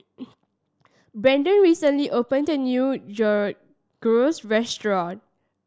Braeden recently opened a new Gyros Restaurant